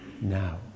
now